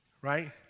right